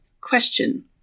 question